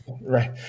Right